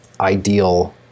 ideal